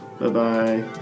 Bye-bye